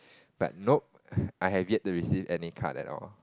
but nope I have yet to receive any card at all